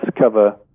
cover